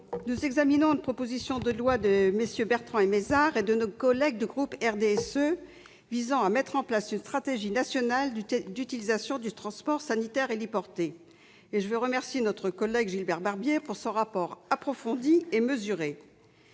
nous examinons une proposition de loi de MM. Alain Bertrand et Jacques Mézard, et des membres du groupe du RDSE, visant à mettre en place une stratégie nationale d'utilisation du transport sanitaire héliporté. Je veux remercier tout d'abord Gilbert Barbier de son rapport approfondi et mesuré.